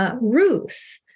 Ruth